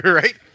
right